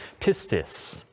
pistis